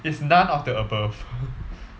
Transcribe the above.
it's none of the above